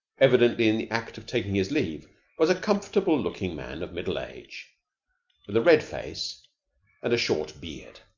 evidently in the act of taking his leave was a comfortable-looking man of middle age with a red face and a short beard.